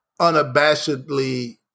unabashedly